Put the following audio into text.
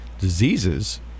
diseases